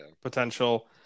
potential